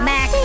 Mac